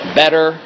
better